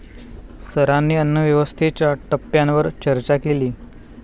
सरांनी अन्नव्यवस्थेच्या टप्प्यांवर चर्चा केली